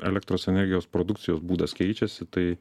elektros energijos produkcijos būdas keičiasi tai